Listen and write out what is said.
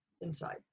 inside